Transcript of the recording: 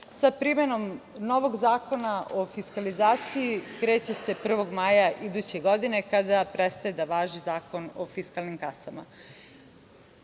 sa primenom novog Zakona o fislalizaciji kreće se 1. maja iduće godine kada prestaje da važi Zakon o fiskalnim